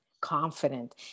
confident